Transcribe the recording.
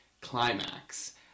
climax